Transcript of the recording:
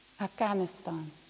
Afghanistan